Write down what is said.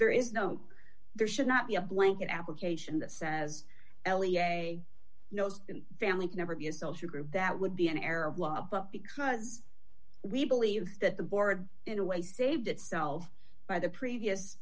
there is no there should not be a blanket application that says l e a nose in the family can never be a social group that would be an error of law but because we believe that the board in a way saved itself by the previous